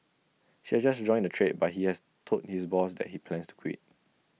she just joined the trade but he has told his boss that he plans to quit